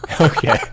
Okay